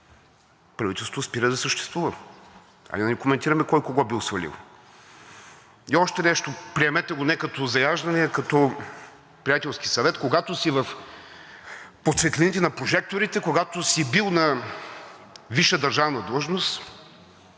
правителството спира да съществува. Хайде да не коментираме кой кого бил свалил. И още нещо, приемете го не като заяждане, а като приятелски съвет – когато си под светлините на прожекторите, когато си бил на висша държавна длъжност,